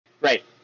Right